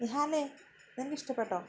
നിഹാലേ നിനക്കിഷ്ടപ്പെട്ടോ